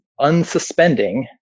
unsuspending